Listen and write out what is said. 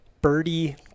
birdie